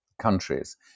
countries